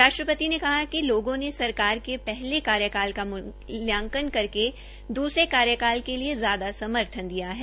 राष्ट्रपति ने कहा कि लोगों ने सरकार के पहले कार्यक्रम का मुलयांकन करके द्रसरे कार्यकाल के लिये ज्यादा समर्थन दिया है